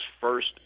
first